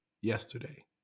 yesterday